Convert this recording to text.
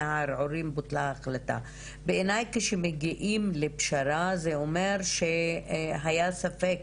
מהערעורים בוטלה ההחלטה אז בעיני כשמגיעים לפשרה זה אומר שהיה ספק